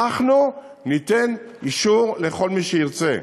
אנחנו ניתן אישור לכל מי שירצה.